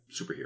superhero